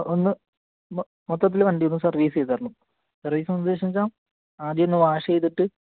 ഒന്ന് മൊത്തത്തിൽ വണ്ടിയൊന്ന് സെർവ്വീസ് ചെയ്തു തരണം സർവ്വീസെന്ന് ഉദ്ദേശിച്ചതെന്നുവെച്ചാൽ ആദ്യമൊന്ന് വാഷ് ചെയ്തിട്ട്